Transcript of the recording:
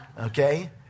Okay